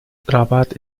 rabat